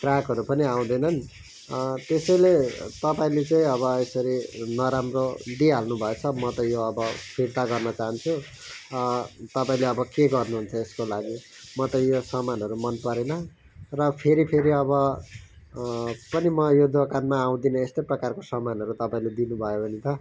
ग्राहकहरू पनि आउँदैनन् त्यसैले तपाईँले चाहिँ अब यसरी नराम्रो दिइहाल्नुभएछ म त यो अब फिर्ता गर्न चाहान्छु तपाईँले अब के गर्नुहुन्छ यसको लागि म त यो सामानहरू मन परेन र फेरी फेरी अब पनि म यही दोकानमा आउँदिन यस्तै प्रकारको सामानहरू तपाईँले दिनुभयो भने त